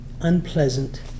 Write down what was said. unpleasant